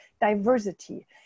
diversity